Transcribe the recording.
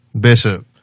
Bishop